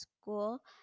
school